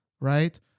right